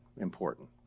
important